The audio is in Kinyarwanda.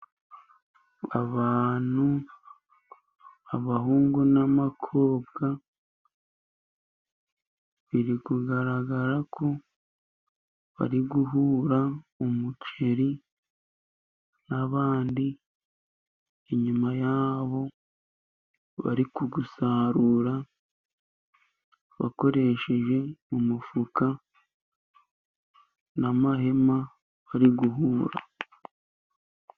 Abantu abahungu n'abakobwa, biri kugaragara ko bari guhura umuceri, n'abandi inyuma yabo bari kuwusarura bakoresheje umufuka n'amahema, bari guhura.